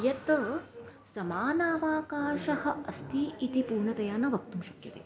यत् समानावाकाशः अस्ति इति पूर्णतया न वक्तुं शक्यते